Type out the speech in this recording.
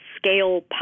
Scale